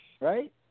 Right